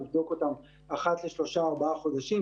לבדוק אותם אחת לשלושה-ארבעה חודשים,